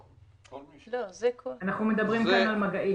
אנחנו מדברים כאן על מגעים.